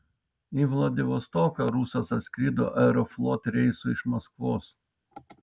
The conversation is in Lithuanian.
į vladivostoką rusas atskrido aeroflot reisu iš maskvos